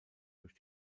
durch